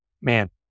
Man